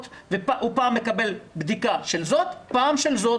והוא פעם מקבל בדיקה של זאת ופעם של זאת,